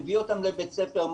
מביא אותם לבית הספר,